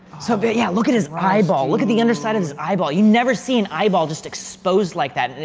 so. but, yeah. look at his eyeball look at the underside of this eyeball. you never see an eyeball just exposed like that.